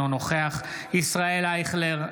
אינו נוכח ישראל אייכלר,